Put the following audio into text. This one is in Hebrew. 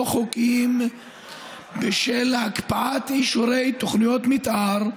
חוקיים בשל הקפאת אישורי תוכניות מתאר,